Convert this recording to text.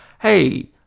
hey